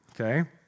okay